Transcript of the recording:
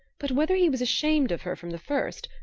but whether he was ashamed of her from the first,